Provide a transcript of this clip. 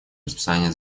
расписание